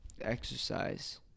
exercise